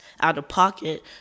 out-of-pocket